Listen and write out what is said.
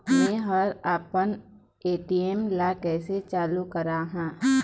मैं हर आपमन ए.टी.एम ला कैसे चालू कराहां?